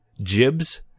jibs